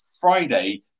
Friday